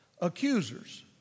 accusers